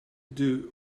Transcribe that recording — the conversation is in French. deux